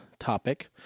topic